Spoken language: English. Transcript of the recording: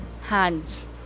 hands